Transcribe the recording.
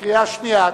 בקריאה שנייה.